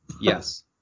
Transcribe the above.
Yes